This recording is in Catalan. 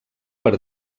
per